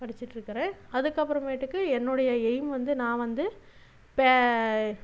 படிச்சிட்டுருக்குறேன் அதுக்கப்புறமேட்டுக்கு என்னுடைய எய்ம் வந்து நான் வந்து